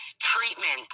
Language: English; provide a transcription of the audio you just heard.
treatment